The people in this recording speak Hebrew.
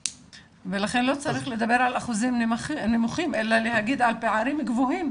ולכן לא צריך לדבר על אחוזים נמוכים אלא להגיד על פערים גבוהים.